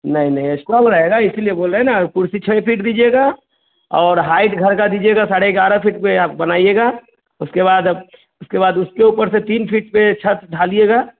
नहीं नहीं एक्स्ट्रा वो रहेगा इसीलिए बोल रहें हैं न कुर्सी छे फ़ीट दीजिएगा और हाईट घर का दीजिएगा साढ़े ग्यारह फ़ीट पे आप बनाइएगा उसके बाद अब उसके बाद उसके ऊपर से तीन फ़ीट पे छत डालिएगा